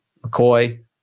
McCoy